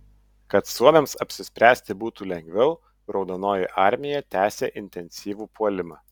kad suomiams apsispręsti būtų lengviau raudonoji armija tęsė intensyvų puolimą